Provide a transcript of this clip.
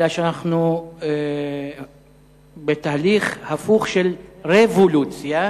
אלא שאנחנו בתהליך הפוך של רבולוציה,